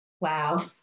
wow